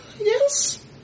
yes